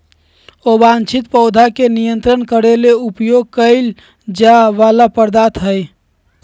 अवांछित पौधा के नियंत्रित करे ले उपयोग कइल जा वला पदार्थ हइ